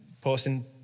posting